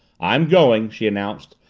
i'm going! she announced.